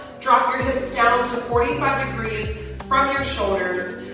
drop your hips down to forty five degrees from your shoulders.